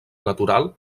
natural